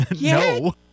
no